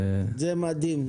זה מדהים.